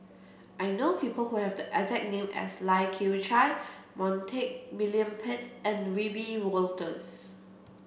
I know people who have the exact name as Lai Kew Chai Montague William Pett and Wiebe Wolters